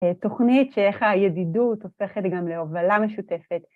תוכנית שאיך הידידות הופכת גם להובלה משותפת.